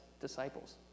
disciples